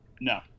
No